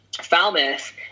Falmouth